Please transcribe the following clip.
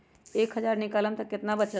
एक हज़ार निकालम त कितना वचत?